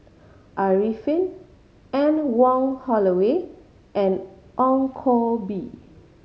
Arifin Anne Wong Holloway and Ong Koh Bee